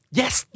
yes